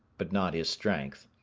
but not his strength.